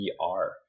VR